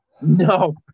no